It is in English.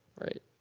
right